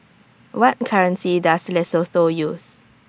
What currency Does Lesotho use